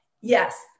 Yes